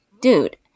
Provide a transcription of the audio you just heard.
dude